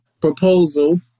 proposal